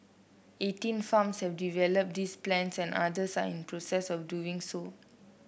eighteen farms have developed these plans and others are in the process of doing so